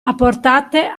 apportate